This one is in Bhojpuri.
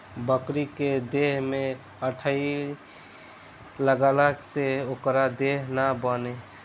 बकरी के देह में अठइ लगला से ओकर देह ना बने